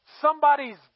somebody's